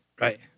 Right